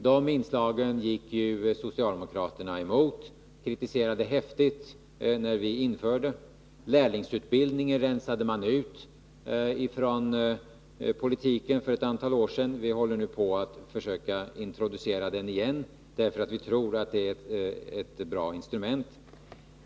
De inslagen var socialdemokraterna emot, och man kritiserade dem häftigt när vi genomförde dessa åtgärder. Lärlingsutbildningen rensade man ut från politiken för ett antal år sedan. Vi försöker nu att återigen introducera den, därför att vi tror att den är ett bra instrument.